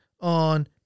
on